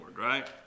right